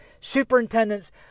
superintendents